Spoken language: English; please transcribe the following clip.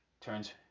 turns